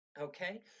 Okay